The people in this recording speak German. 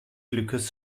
glückes